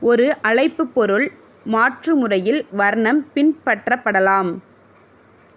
ஒரு அழைப்பு பொருள் மாற்று முறையில் வர்ணம் பின்பற்றப்படலாம்